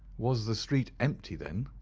was the street empty then?